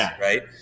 right